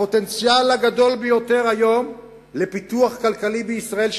הפוטנציאל הגדול ביותר היום לפיתוח כלכלי בישראל,